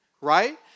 Right